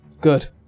good